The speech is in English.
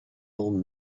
old